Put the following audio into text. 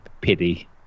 pity